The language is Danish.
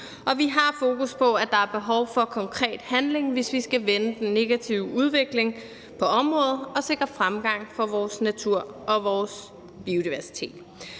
og vi har fokus på, at der er behov for konkret handling, hvis vi skal vende den negative udvikling på området og sikre fremgang for vores natur og vores biodiversitet.